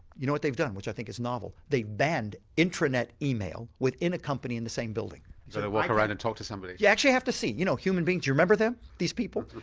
you know what they've done which i think is novel they banned intranet email within a company in the same building. so they walk around and talk to somebody. you actually have to see, you know human beings you remember them, these people.